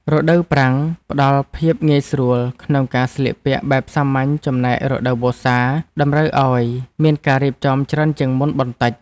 រដូវប្រាំងផ្តល់ភាពងាយស្រួលក្នុងការស្លៀកពាក់បែបសាមញ្ញចំណែករដូវវស្សាតម្រូវឱ្យមានការរៀបចំច្រើនជាងមុនបន្តិច។